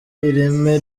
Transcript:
ireme